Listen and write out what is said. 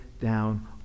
down